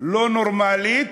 לא נורמלית,